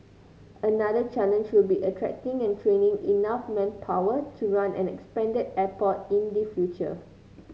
another challenge will be attracting and training enough manpower to run an expanded airport in the future